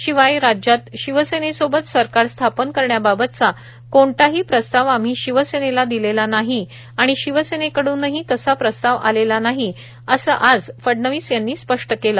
शिवाय राज्यात शिवसेनेसोबत सरकार स्थापन करण्याबाबतचा कोणताही प्रस्ताव आम्ही शिवसेनेला दिलेला नाही आणि शिवसेनेकडूनही तसा प्रस्ताव आलेला नाही असं आज फडणवीस यांनी स्पष्ट केलं